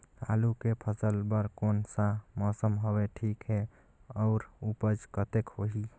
आलू के फसल बर कोन सा मौसम हवे ठीक हे अउर ऊपज कतेक होही?